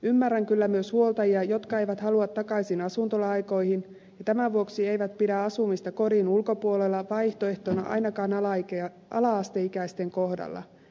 ymmärrän kyllä myös huoltajia jotka eivät halua takaisin asuntola aikoihin ja tämän vuoksi eivät pidä asumista kodin ulkopuolella vaihtoehtona ainakaan ala asteikäisten kohdalla